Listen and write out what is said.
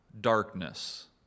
darkness